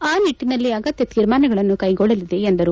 ಆ ನಿಟ್ಟಿನಲ್ಲಿ ಅಗತ್ತ ತೀರ್ಮಾನಗಳನ್ನು ಕೈಗೊಳ್ಳಲಿದೆ ಎಂದರು